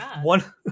one